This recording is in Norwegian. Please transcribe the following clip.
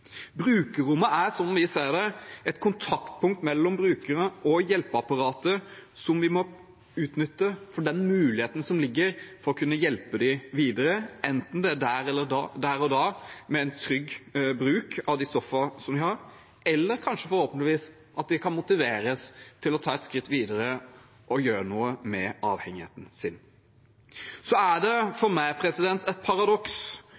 Brukerrommet er, sånn vi ser det, et kontaktpunkt mellom brukere og hjelpeapparatet der vi må utnytte den muligheten som ligger der, for å kunne hjelpe dem videre, enten det er der og da, med en trygg bruk av de stoffene som de har, eller, forhåpentligvis, at de kanskje kan motiveres til å ta et skritt videre og gjøre noe med avhengigheten sin. For meg er det et paradoks